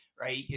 right